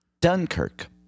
Dunkirk